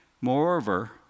moreover